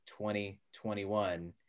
2021